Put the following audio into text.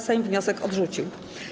Sejm wniosek odrzucił.